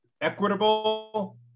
Equitable